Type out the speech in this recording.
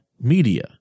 media